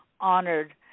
honored